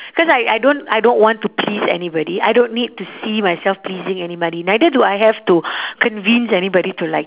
cause I I don't I don't want to please anybody I don't need to see myself pleasing anybody neither do I have to convince anybody to like